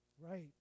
right